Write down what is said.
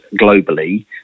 globally